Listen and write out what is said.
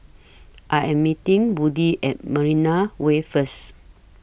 I Am meeting Woody At Marina Way First